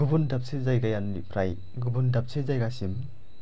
गुबुन दाबसे जायगानिफ्राय गुबुन दाबसे जायगासिम